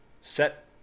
Set